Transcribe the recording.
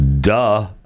duh